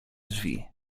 drzwi